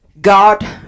God